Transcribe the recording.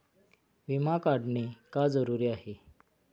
विमा काढणे का जरुरी आहे?